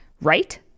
right